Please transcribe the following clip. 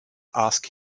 ask